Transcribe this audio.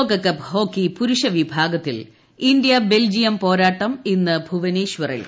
ലോക cup hockey പുരുഷ വിഭാഗത്തിൽ ഇന്തൃ ബെൽജിയം പോരാട്ടം ഇന്ന് ഭുവനേശ്വറിൽ